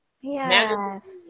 Yes